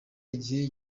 igihe